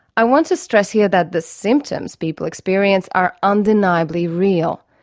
i want to stress here that the symptoms people experience are undeniably real.